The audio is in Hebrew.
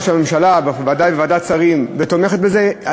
או כשהממשלה בוודאי בוועדת שרים תמכה בזה,